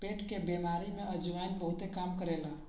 पेट के बेमारी में अजवाईन बहुते काम करेला